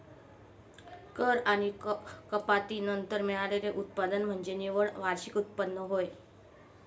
कर आणि कपाती नंतर मिळालेले उत्पन्न म्हणजे निव्वळ वार्षिक उत्पन्न होय